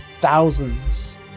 thousands